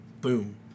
boom